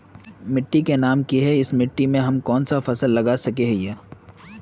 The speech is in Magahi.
मिट्टी के नाम की है इस मिट्टी में हम कोन सा फसल लगा सके हिय?